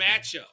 matchup